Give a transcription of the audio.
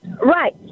Right